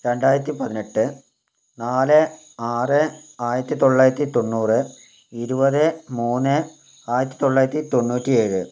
രണ്ടായിരത്തി പതിനെട്ട് നാല് ആറ് ആയിരത്തിത്തൊള്ളായിരത്തി തൊണ്ണൂറ് ഇരുവതെ മൂന്നേ ആയിരത്തി തോന്നായിരത്തി തൊണ്ണൂറ്റി ഏഴ്